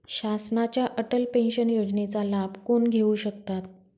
शासनाच्या अटल पेन्शन योजनेचा लाभ कोण घेऊ शकतात?